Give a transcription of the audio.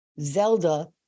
Zelda